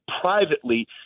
privately